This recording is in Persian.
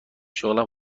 شغلم